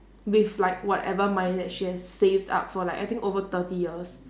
with like whatever money that she have saved up for like I think over thirty years